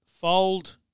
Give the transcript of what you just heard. Fold